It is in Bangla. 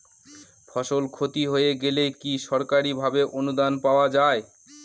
ফসল ক্ষতি হয়ে গেলে কি সরকারি ভাবে অনুদান পাওয়া য়ায়?